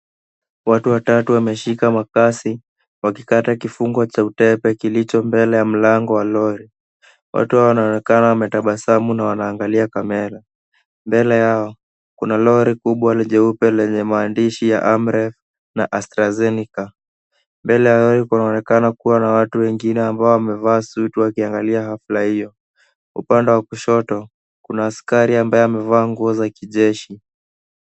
Watu watatu wameshika makasi, wakikata kifungo cha utepe kilicho mbele ya mlango wa lori. Watu wanaonekana wametabasamu na wanaangalia kamera. Mbele yao, kuna lori kubwa jeupe lenye maandishi ya Amref na Astrazeneca. Mbele yao kunaonekana kuwa na watu wengine ambao wamevaa suti wakiangalia hafla hiyo. Kwa upande wa kushoto, kuna askari ambaye amevaa nguo za kijeshi.